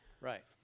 Right